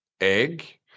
egg